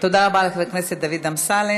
תודה רבה לחבר הכנסת דוד אמסלם.